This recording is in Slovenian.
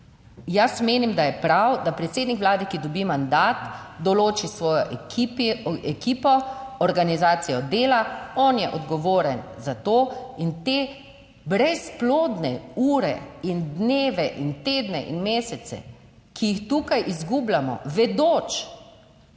Jaz menim, da je prav, da predsednik vlade, ki dobi mandat, določi svojo ekipo, organizacijo dela, on je odgovoren za to. In te brezplodne ure in dneve in tedne in mesece, ki jih tukaj izgubljamo, vedoč,